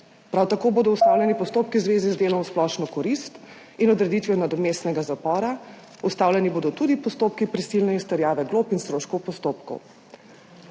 Prav tako bodo ustavljeni postopki v zvezi z delom v splošno korist in odreditvijo nadomestnega zapora, ustavljeni bodo tudi postopki prisilne izterjave glob in stroškov postopkov.